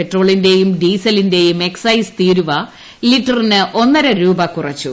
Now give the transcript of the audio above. പെട്രോളിന്റെയും ഡീസലിന്റെയും എക്സൈസ് തീരുവ ലിററിന് ഒന്നരരൂപ കുറച്ചു